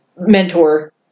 mentor